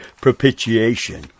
propitiation